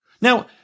Now